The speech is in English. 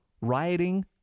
rioting